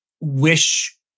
wish